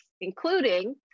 including